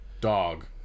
dog